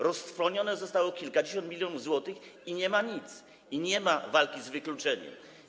Roztrwonione zostało kilkadziesiąt milionów złotych i nie ma nic, nie ma walki z wykluczeniem.